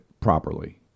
properly